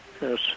Yes